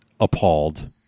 appalled